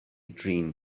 drin